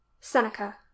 Seneca